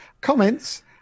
comments